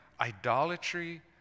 idolatry